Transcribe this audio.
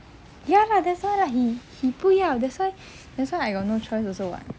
ya lah that's why lah he he 不要 that's why that's why I got no choice also [what]